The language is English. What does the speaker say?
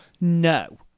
No